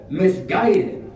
misguided